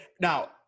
now